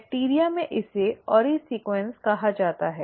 bacteria में इसे ori sequence कहा जाता है